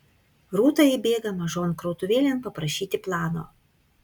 rūta įbėga mažon krautuvėlėn paprašyti plano